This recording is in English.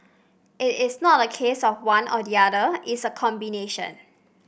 it is not a case of one or the other it's a combination